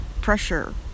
pressure